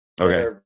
okay